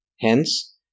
Hence